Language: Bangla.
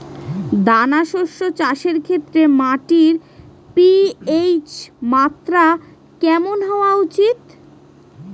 দানা শস্য চাষের ক্ষেত্রে মাটির পি.এইচ মাত্রা কেমন হওয়া উচিৎ?